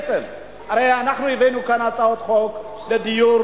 הרי אנחנו הבאנו לכאן הצעות חוק לדיור,